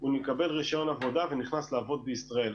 הוא מקבל רישיון עבודה ונכנס לעבוד בישראל.